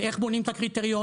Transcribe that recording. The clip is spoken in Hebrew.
ואיך בונים את הקריטריונים,